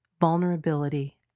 vulnerability